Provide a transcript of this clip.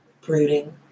brooding